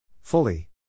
Fully